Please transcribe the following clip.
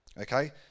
Okay